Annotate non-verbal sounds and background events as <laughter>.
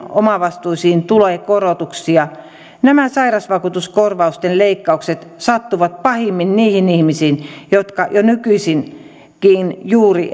omavastuisiin tulee korotuksia nämä sairausvakuutuskorvausten leikkaukset sattuvat pahimmin niihin ihmisiin jotka jo nykyisinkin juuri <unintelligible>